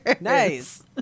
Nice